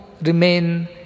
remain